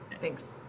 Thanks